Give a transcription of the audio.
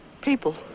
People